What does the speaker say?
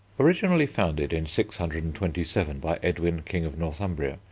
originally founded in six hundred and twenty seven by edwin, king of northumbria,